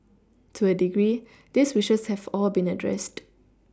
to a degree these wishes have all been addressed